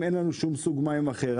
אין לנו שום סוג מים אחר,